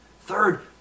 Third